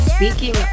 Speaking